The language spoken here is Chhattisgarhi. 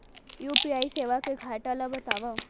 यू.पी.आई सेवा के घाटा ल बतावव?